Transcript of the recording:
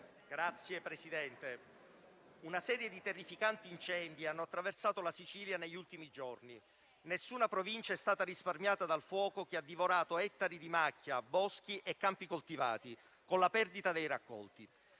Signor Presidente, una serie di terrificanti incendi ha attraversato la Sicilia negli ultimi giorni. Nessuna Provincia è stata risparmiata dal fuoco che ha divorato ettari di macchia, boschi e campi coltivati, con la perdita dei raccolti;